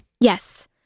Yes